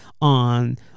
on